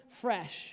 fresh